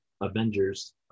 Avengers